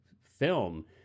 film